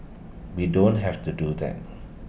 we don't have to do that